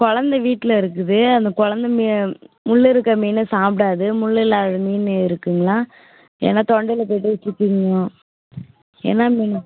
குலந்த வீட்டில் இருக்குது அந்த குலந்த மீ முள் இருக்க மீன் சாப்பிடாது முள் இல்லாத மீன் இருக்குங்களா ஏன்னா தொண்டையில் போய்கிட்டு சிக்கிக்கும் என்ன மீன்